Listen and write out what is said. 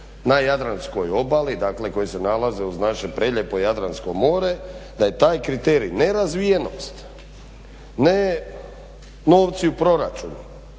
na jadranskoj obali, dakle koji se nalaze uz naše prelijepo Jadransko more da je taj kriterij ne razvijenost, ne novci u proračunu,